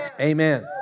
Amen